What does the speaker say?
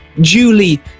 Julie